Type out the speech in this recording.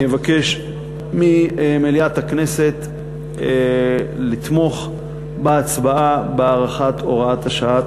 אני אבקש ממליאת הכנסת לתמוך בהצבעה בהארכת הוראת השעה.